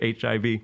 HIV